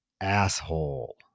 asshole